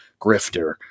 Grifter